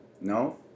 No